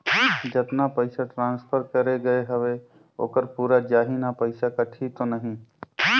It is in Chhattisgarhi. जतना पइसा ट्रांसफर करे गये हवे ओकर पूरा जाही न पइसा कटही तो नहीं?